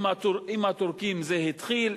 עם הטורקים זה התחיל,